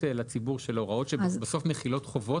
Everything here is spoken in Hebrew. לציבור של הוראות שבסוף מחילות חובות,